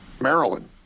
Maryland